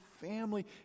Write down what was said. family